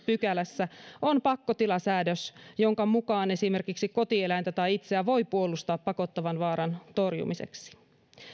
pykälässä on pakkotilasäädös jonka mukaan esimerkiksi kotieläintä tai itseään voi puolustaa pakottavan vaaran torjumiseksi